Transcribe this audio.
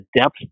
depth